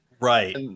Right